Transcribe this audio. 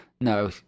No